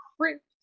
crypt